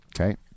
Okay